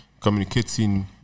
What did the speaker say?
communicating